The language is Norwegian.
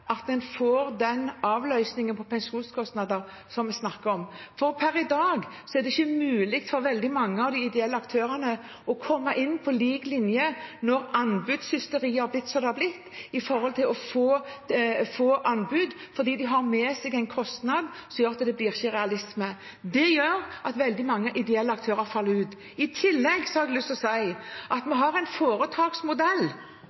en faktisk får den avløsningen, med tanke på pensjonskostnader, som vi snakker om, for per i dag er det ikke mulig for veldig mange av de ideelle aktørene å komme seg inn på lik linje – med tanke på å få anbud – når anbudshysteriet har blitt slik det har blitt, fordi det bringer med seg en kostnad som gjør at det ikke blir realistisk. Det gjør at veldig mange ideelle aktører faller ut. I tillegg har jeg lyst til å si at vi